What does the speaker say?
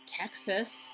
Texas